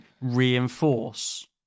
reinforce